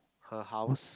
her house